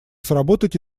сработать